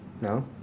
No